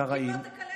הקראים.